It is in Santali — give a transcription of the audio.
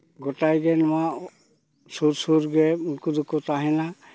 ᱜᱳᱴᱟᱜᱮ ᱱᱚᱣᱟ ᱥᱩᱨ ᱥᱩᱨᱜᱮ ᱩᱱᱠᱩ ᱫᱚᱠᱚ ᱛᱟᱦᱮᱱᱟ